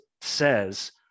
says